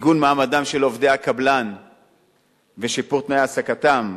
עיגון מעמדם של עובדי הקבלן ושיפור תנאי העסקתם,